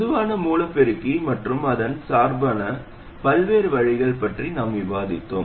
பொதுவான மூல பெருக்கி மற்றும் அதைச் சார்பதற்கான பல்வேறு வழிகளைப் பற்றி நாம் விவாதித்தோம்